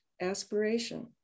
aspiration